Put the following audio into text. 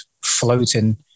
floating